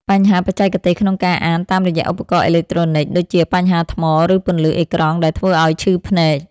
បញ្ហាបច្ចេកទេសក្នុងការអានតាមរយៈឧបករណ៍អេឡិចត្រូនិក ដូចជាបញ្ហាថ្ម ឬពន្លឺអេក្រង់ដែលធ្វើឱ្យឈឺភ្នែក។